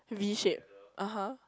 V shape uh huh